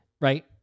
Right